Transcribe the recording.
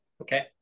okay